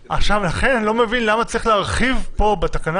לכן אני לא מבין למה צריך להרחיב פה בתקנה